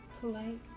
polite